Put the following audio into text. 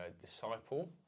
disciple